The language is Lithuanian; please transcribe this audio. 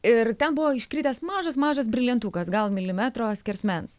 ir ten buvo iškritęs mažas mažas brilientukas gal milimetro skersmens